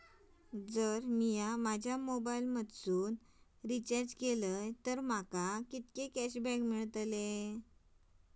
जर मी माझ्या मोबाईल मधन रिचार्ज केलय तर माका कितके कॅशबॅक मेळतले?